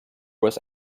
was